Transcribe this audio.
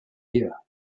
year